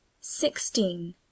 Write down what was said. sixteen